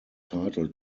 title